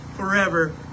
forever